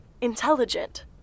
intelligent